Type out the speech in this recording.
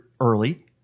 early